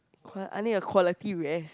qua~ I need a quality rest